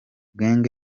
gang